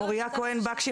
מוריה כהן בקשי,